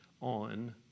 on